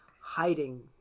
hiding